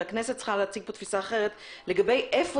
שהכנסת צריכה להציג פה תפיסה אחרת לגבי איפה